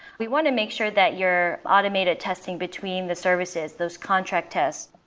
we want to make sure that your automated testing between the services, those contract tests,